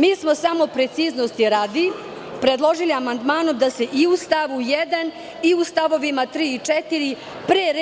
Mi smo samo, preciznosti radi, predložili amandmanom da se i u stavu 1. i u stavovima 3. i 4. pre